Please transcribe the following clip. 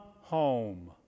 home